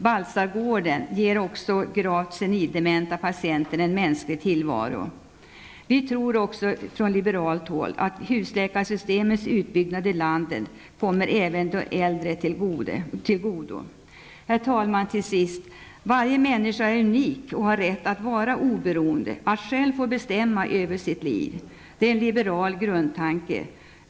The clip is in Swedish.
Baltzargården ger också gravt senildementa patienter en mänsklig tillvaro. Från liberalt håll tror vi också att husläkarsystemets utbyggnad i landet även kommer de äldre till godo. Herr talman! Varje människa är unik och har rätt att vara oberoende, att själv få bestämma över sitt liv. Det är en liberal grundtanke.